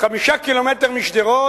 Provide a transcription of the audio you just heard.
5 ק"מ משדרות,